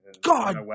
god